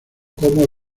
como